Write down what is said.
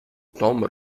tom